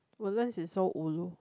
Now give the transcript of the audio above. Woodlands is so ulu